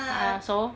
ah so